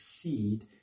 seed